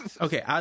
Okay